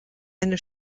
eine